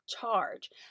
charge